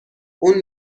اون